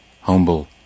humble